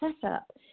setup